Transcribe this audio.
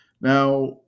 Now